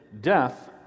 death